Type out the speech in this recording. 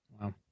Wow